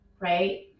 right